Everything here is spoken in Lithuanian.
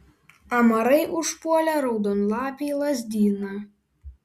amarai užpuolė raudonlapį lazdyną